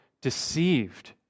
deceived